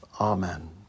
Amen